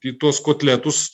į tuos kotletus